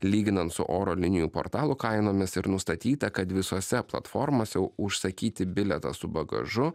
lyginant su oro linijų portalų kainomis ir nustatyta kad visose platformose užsakyti bilietą su bagažu